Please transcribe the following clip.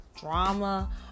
drama